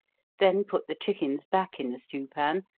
then put the chickens back in the stew pan,